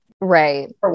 Right